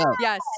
yes